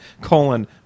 Colon